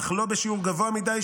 אך לא בשיעור גבוה מדי,